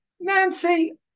Nancy